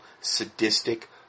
sadistic